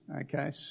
okay